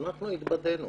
והתבדינו.